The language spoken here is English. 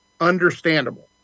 understandable